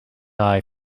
eye